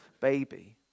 baby